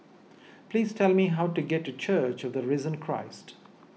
please tell me how to get to Church of the Risen Christ